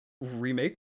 remake